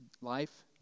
life